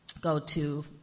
go-to